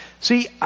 See